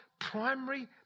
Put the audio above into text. primary